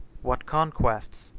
what conquests,